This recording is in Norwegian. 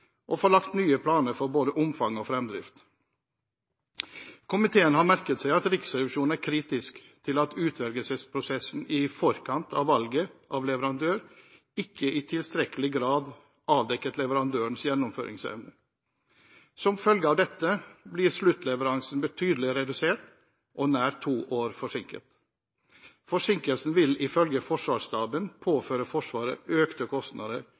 og få lagt nye planer for både omfang og framdrift. Komiteen har merket seg at Riksrevisjonen er kritisk til at utvelgelsesprosessen i forkant av valget av leverandør ikke i tilstrekkelig grad avdekket leverandørens gjennomføringsevne. Som følge av dette blir sluttleveransen betydelig redusert og nær to år forsinket. Forsinkelsen vil, ifølge Forsvarsstaben, påføre Forsvaret økte kostnader